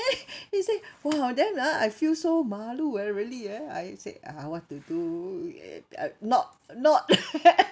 then he say !wah! then ah I feel so malu eh really eh I say I want to do i~ uh not not